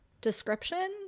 description